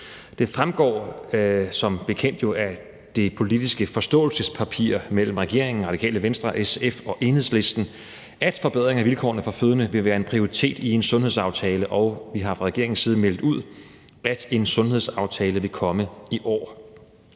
Det fremgår jo som bekendt af det politiske forståelsespapir mellem regeringen, Radikale Venstre, SF og Enhedslisten, at forbedringer af vilkårene for fødende vil være en prioritet i en sundhedsaftale. Og vi har fra regeringens side meldt ud, at en sundhedsaftale vil komme i år.